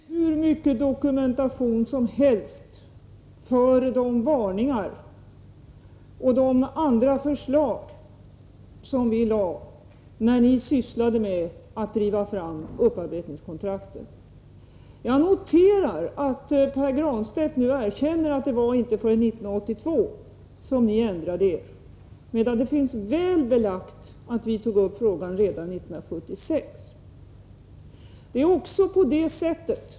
Herr talman! Det finns hur mycket dokumentation som helst när det gäller de varningar och förslag som vi lade fram när ni sysslade med att driva fram upparbetningskontrakt. Jag noterar att Pär Granstedt nu erkänner att det inte var förrän 1982 som ni ändrade er. Det finns väl belagt att vi tog upp frågan redan 1976.